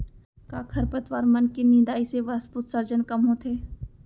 का खरपतवार मन के निंदाई से वाष्पोत्सर्जन कम होथे?